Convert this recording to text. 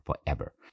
forever